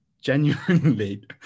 genuinely